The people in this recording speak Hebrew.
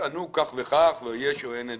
תטענו כך וכך ויש או אין עדים.